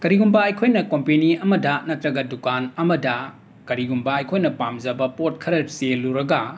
ꯀꯔꯤꯒꯨꯝꯕ ꯑꯩꯈꯣꯏꯅ ꯀꯣꯝꯄꯦꯅꯤ ꯑꯃꯗ ꯅꯠꯇ꯭ꯔꯒ ꯗꯨꯀꯥꯟ ꯑꯃꯗ ꯀꯔꯤꯒꯨꯝꯕ ꯑꯩꯈꯣꯏꯅ ꯄꯥꯝꯖꯕ ꯄꯣꯠ ꯈꯔ ꯆꯦꯜꯂꯨꯔꯒ